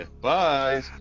Bye